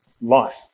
life